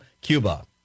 Cuba